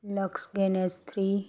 lux gaines three